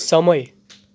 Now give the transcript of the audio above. સમય